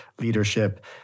leadership